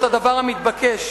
את הדבר המתבקש: